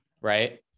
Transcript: right